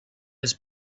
his